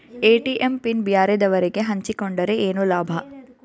ATM pin ಬ್ಯಾರೆದವರಗೆ ಹಂಚಿಕೊಂಡರೆ ಏನು ಲಾಭ?